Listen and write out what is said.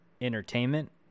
entertainment